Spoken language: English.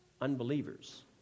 unbelievers